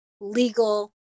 legal